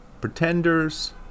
Pretenders